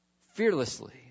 fearlessly